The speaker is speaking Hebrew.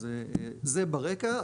אז זה ברקע.